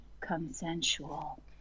consensual